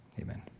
amen